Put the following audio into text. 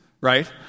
right